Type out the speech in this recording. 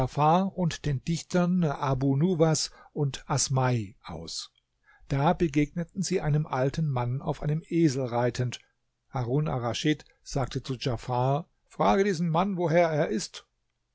und den dichtern abu nuwas und asmai aus da begegneten sie einem alten mann auf einem esel reitend harun arraschid sagte zu djafar frage diesen mann woher er ist